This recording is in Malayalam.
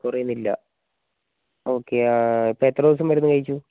കുറയിന്നില്ല ഓക്കേ ഇപ്പോൾ എത്ര ദിവസം മരുന്ന് കഴിച്ചു